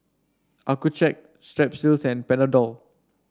Accucheck Strepsils and Panadol